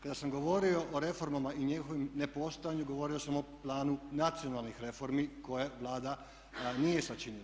Kada sam govorio o reformama i njihovom nepostojanju govorio sam o Planu nacionalnih reformi koje Vlada nije sačinila.